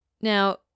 Now